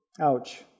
Ouch